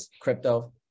crypto